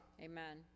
Amen